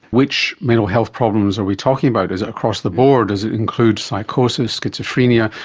which mental health problems are we talking about? is it across the board? does it include psychosis, schizophrenia?